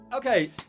Okay